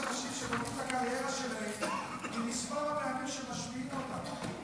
יש אנשים שבונים את הקריירה שלהם עם מספר הפעמים שמשמיעים אותם.